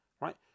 right